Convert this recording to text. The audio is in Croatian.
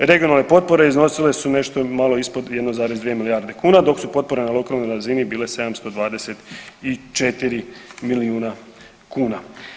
Regionalne potpore iznose su nešto malo ispod 1,2 milijarde kuna dok su potpore na lokalnoj razini bile 724 milijuna kuna.